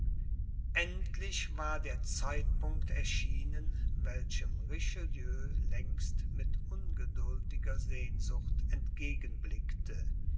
endlich war der zeitpunkt erschienen welchem richelieu längst mit ungeduldiger sehnsucht entgegenblickte